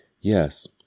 Yes